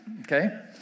okay